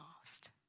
asked